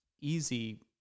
easy